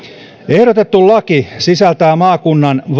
ehdotettu laki sisältää maakunnan